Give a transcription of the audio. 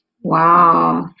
Wow